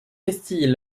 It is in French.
castille